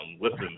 Listen